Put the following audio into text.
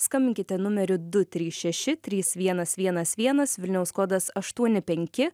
skambinkite numeriu du trys šeši trys vienas vienas vienas vilniaus kodas aštuoni penki